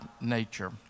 nature